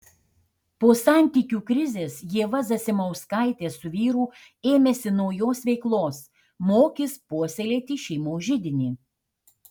po santykių krizės ieva zasimauskaitė su vyru ėmėsi naujos veiklos mokys puoselėti šeimos židinį